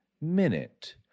minute